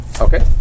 Okay